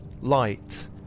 light